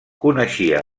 coneixia